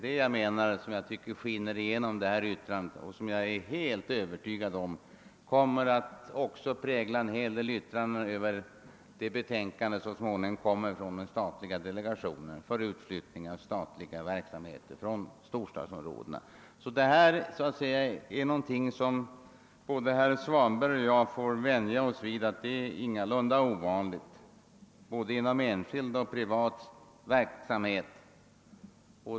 Samma inställning skiner igenom LKAB:s yttrande här, och jag är helt övertygad om att den också kommer att prägla en hel del yttranden över det betänkande vi så småningom får från delegationen för utflyttning av statliga verksamheter från storstadsområdena. Detta är ingalunda ovanligt vid flyttning av offentlig eller privat verksamhet.